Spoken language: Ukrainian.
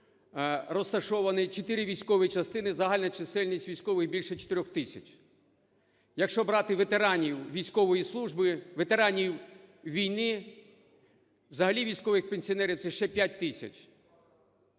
розташовані 4 військові частини, загальна чисельність військових більше 4 тисяч. Якщо брати ветеранів військової служби, ветеранів війни, взагалі військових пенсіонерів, це ще 5 тисяч.